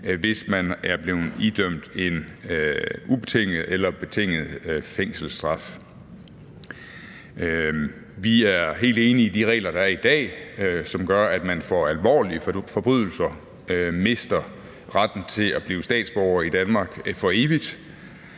hvis man er blevet idømt en ubetinget eller betinget fængselsstraf. Vi er helt enige i de regler, der er i dag, som gør, at man for alvorlige forbrydelser mister retten til at blive statsborger i Danmark for evigt,